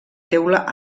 teula